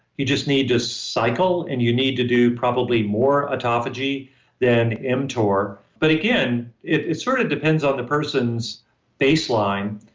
you just need to cycle and you need to do probably more autophagy than mtor. but again, it it sort of depends on the person's baseline.